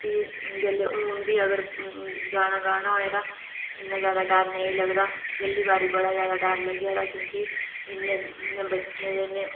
फिह् जेल्लै हून बी अगर गाना गाना होऐ ते इन्ना ज्यादा डर नेईं लगदा पैहली बारी बड़ा ज्यादा डर लग्गेआ क्योंकि इन्ने बच्चे ते इन्ने